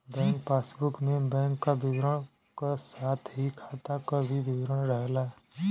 bank passbook में bank क विवरण क साथ ही खाता क भी विवरण रहला